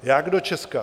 Jak do Česka?